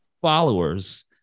followers